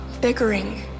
bickering